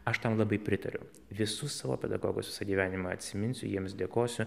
aš tam labai pritariu visu savo pedagogus visą gyvenimą atsiminsiu jiems dėkosiu